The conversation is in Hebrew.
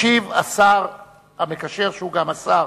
ישיב השר המקשר, שהוא גם השר